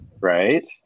right